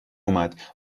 اومد